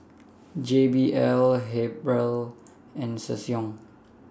J B L Habhal and Ssangyong